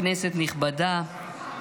כנסת נכבדה,